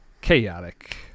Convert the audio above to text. Chaotic